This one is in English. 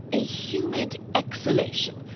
a humid exhalation,